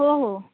हो हो